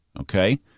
Okay